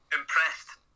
impressed